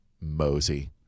mosey